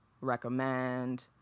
recommend